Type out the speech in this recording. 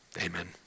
Amen